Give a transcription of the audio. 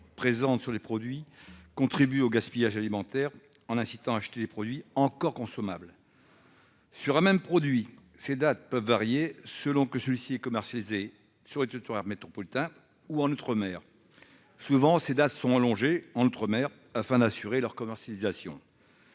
indiquées sur les produits contribuent au gaspillage alimentaire, en incitant à jeter des produits encore consommables. Sur un même produit, ces dates peuvent varier selon que celui-ci est commercialisé sur le territoire métropolitain ou outre-mer. Souvent, les dates limites sont repoussées outre-mer afin d'assurer la commercialisation